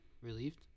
Relieved